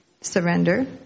surrender